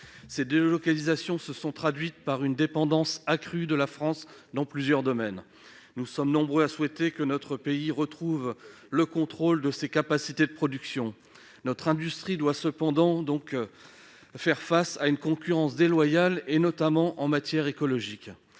Ces délocalisations se sont traduites par une dépendance accrue de notre pays dans plusieurs domaines. Nous sommes nombreux à souhaiter qu'il retrouve le contrôle de ses capacités de production. Notre industrie doit cependant faire face à une concurrence déloyale, notamment en matière écologique.